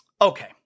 Okay